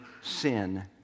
sin